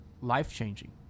life-changing